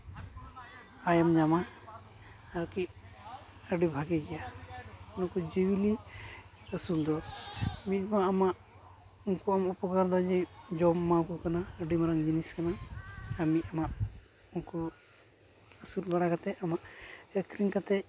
ᱟᱭᱮᱢ ᱧᱟᱢᱟ ᱟᱨᱠᱤ ᱟᱹᱰᱤ ᱵᱷᱟᱜᱮ ᱜᱮᱭᱟ ᱩᱱᱠᱩ ᱡᱤᱭᱟᱹᱞᱤ ᱟᱹᱥᱩᱞᱫᱚ ᱢᱤᱫᱼᱵᱟᱨ ᱟᱢᱟᱜ ᱩᱱᱠᱩᱣᱟᱜ ᱮᱢ ᱩᱯᱩᱠᱟᱨ ᱫᱟ ᱡᱮ ᱡᱚᱢ ᱮᱢᱟᱣ ᱠᱟᱱᱟ ᱟᱹᱰᱤ ᱢᱟᱨᱟᱝ ᱡᱤᱱᱤᱥ ᱠᱟᱱᱟ ᱢᱤᱫ ᱦᱚᱲᱟᱜ ᱩᱱᱠᱩ ᱟᱹᱥᱩᱞ ᱵᱟᱲᱟ ᱠᱟᱛᱮᱫ ᱟᱢᱟᱜ ᱥᱮ ᱟᱹᱠᱷᱨᱤᱧ ᱠᱟᱛᱮᱫ ᱦᱚᱸ